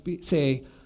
say